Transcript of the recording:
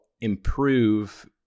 improve